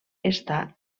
estar